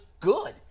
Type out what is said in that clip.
Good